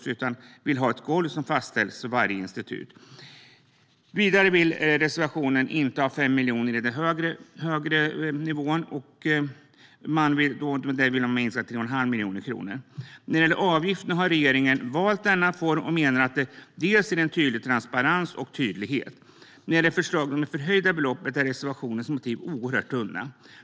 Man vill i stället ha ett golv som fastställs för varje institut. Vidare vill man i reservationen inte ha 5 miljoner i den högre nivån, utan man vill minska detta till 3 1⁄2 miljoner kronor. När det gäller avgifterna har regeringen valt denna form och menar att detta ger en transparens och tydlighet. När det gäller förslaget om det förhöjda beloppet är reservationens motiv oerhört tunna.